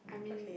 I mean